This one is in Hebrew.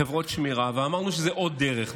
חברות שמירה, ואמרנו שזו עוד דרך.